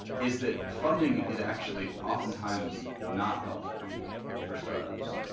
is that funding is actually often times not helpful for start-ups.